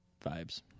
vibes